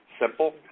simple